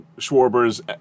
Schwarber's